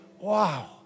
wow